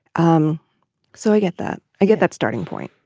um so i get that i get that starting point.